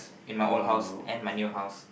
in my old house and my new house